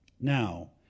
Now